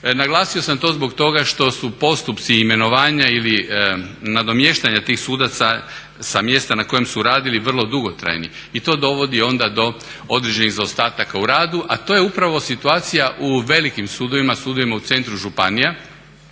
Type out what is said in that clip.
Naglasio sam to zbog toga što su postupci imenovanja ili nadomještanja tih sudaca sa mjesta na kojim su radili vrlo dugotrajni i to dovodi onda do određenih zaostataka u radu, a to je upravo situacija u velikim sudovima, sudovima u centru županija,